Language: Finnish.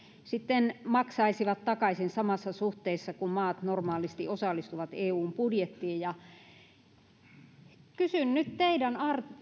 sitten maksaisivat takaisin samassa suhteessa kuin maat normaalisti osallistuvat eun budjettiin kysyn nyt teidän